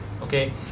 Okay